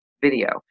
video